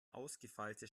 ausgefeilte